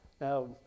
now